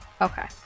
Okay